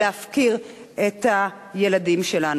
להפקיר את הילדים שלנו.